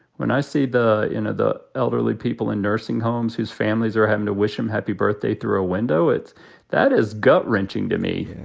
when i see the in the elderly people in nursing homes whose families are having to wish him happy birthday through a window, it's that is gut wrenching to me.